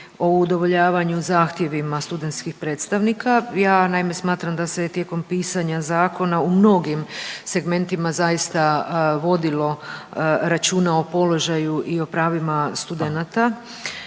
o udovoljavanju zahtjevima studentskih predstavnika. Ja naime smatram da se tijekom pisanja zakona u mnogim segmentima zaista vodilo računa o položaju i o pravima studenata.